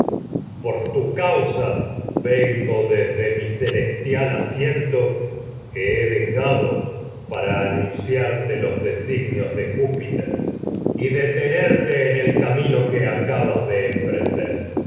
por que tu causa vengo desde mi celestial asiento he de jado para anunciarte los designios de júpiter nerte en y dete em el camino que acabas de emprender